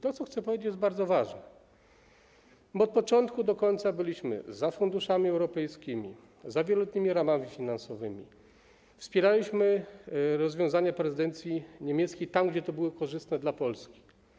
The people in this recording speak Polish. To, co chcę powiedzieć, jest bardzo ważne, bo od początku do końca byliśmy za funduszami europejskimi, za wieloletnimi ramami finansowymi, wspieraliśmy rozwiązania prezydencji niemieckiej tam, gdzie to było korzystne dla Polski.